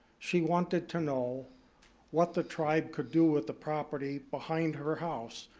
she wanted to know what the tribe could do with the property behind her house,